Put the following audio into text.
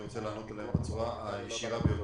רוצה לענות עליהן בצורה הישירה ביותר.